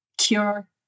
Cure